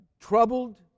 troubled